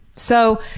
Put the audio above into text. so,